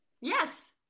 yes